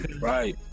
Right